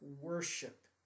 worship